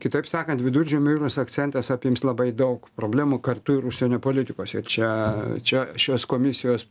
kitaip sakant viduržemio jūros akcentas apims labai daug problemų kartu ir užsienio politikos ir čia čia šios komisijos